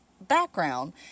background